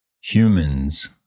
Humans